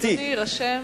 אדוני יירשם.